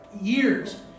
years